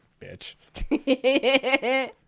bitch